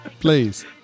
Please